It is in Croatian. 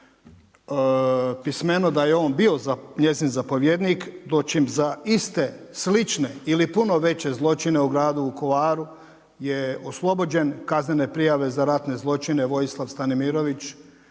da je on bio njezin zapovjednik, dočim za iste, slične ili puno veće zločine u gradu Vukovaru je oslobođen kaznene prijave za ratne zločine Vojislav Stanimirović,